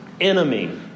enemy